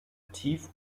tief